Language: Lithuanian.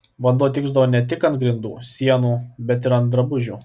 vanduo tikšdavo ne tik ant grindų sienų bet ir ant drabužių